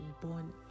born